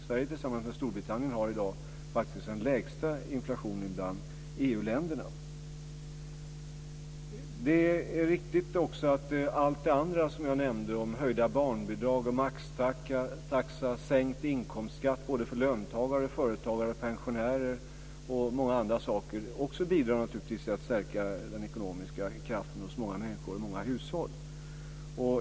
Sverige, tillsammans med Storbritannien, har i dag faktiskt den lägsta inflationen bland EU Det är naturligtvis riktigt att allt det andra som jag nämnde - höjda barnbidrag, maxtaxa, sänkt inkomstskatt för löntagare, företagare och pensionärer och mycket annat - också bidrar till att stärka den ekonomiska kraften hos många människor och många hushåll.